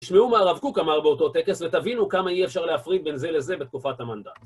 תשמעו מה הרב קוק אמר באותו טקס, ותבינו כמה אי אפשר להפריד בין זה לזה בתקופת המנדט.